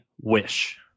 Wish